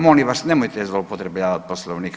Molim vas nemojte zloupotrebljavati Poslovnik.